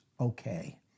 okay